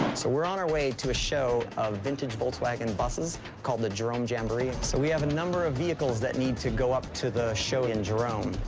so we're on our way to a show of vintage volkswagen buses called the jerome jambee, so we have a number of vehicles that need to go up to the show in jerome.